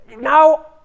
Now